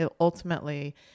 Ultimately